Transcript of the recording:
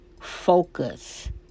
Focus